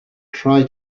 try